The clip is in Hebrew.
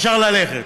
אפשר ללכת.